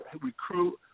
recruit